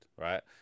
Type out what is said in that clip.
right